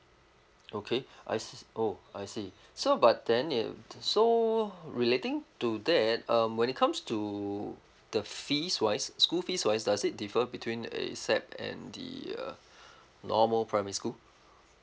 okay I s~ oh I see so but then if so relating to that um when it comes to the fees wise school fees wise does it differ between a SAP and the uh normal primary school